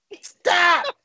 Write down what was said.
stop